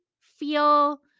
feel